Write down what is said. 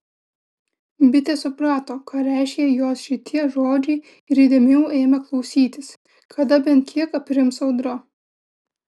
bitė suprato ką reiškia jos šitie žodžiai ir įdėmiau ėmė klausytis kada bent kiek aprims audra